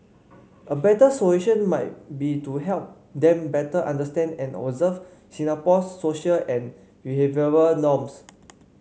a better solution might be to help them better understand and observe Singapore's social and behavioural norms